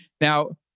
now